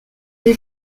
les